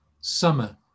summer